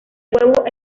huevos